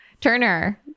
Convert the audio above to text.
turner